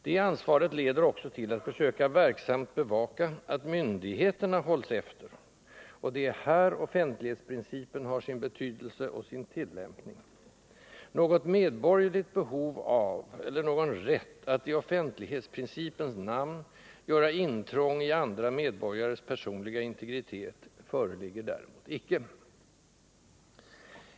Det ansvaret leder också till att försöka verksamt bevaka att myndigheterna hålls efter, och det är här offentlighetsprincipen har sin betydelse och sin tillämpning. Något medborgerligt behov av, eller någon rätt, att i offentlighetsprincipens namn göra intrång i andra medborgares personliga integritet föreligger däremot icke.